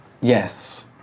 Yes